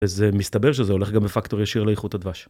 זה מסתבר שזה הולך גם בפקטור ישיר לאיכות הדבש.